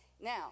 Now